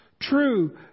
True